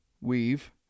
weave